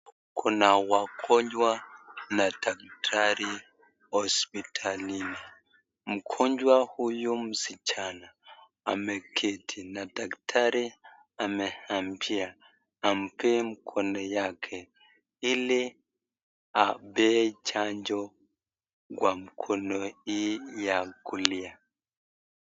Kuna wagonjwa na daktari hospitalini. Mgonjwa huyo msichana ameketi na daktari ameabia ampee mkono yake ili ampee chanjo kwa mkono hii ya kulia.